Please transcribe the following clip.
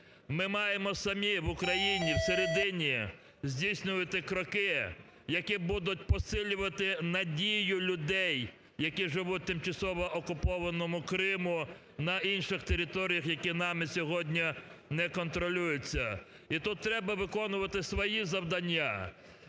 Ми маємо самі в Україні в середині здійснювати кроки, які будуть посилювати надію людей, які живуть в тимчасово окупованому Криму, на інших територіях, які нами сьогодні не контролюються. І тут треба виконувати свої завдання.